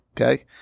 okay